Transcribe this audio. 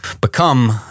become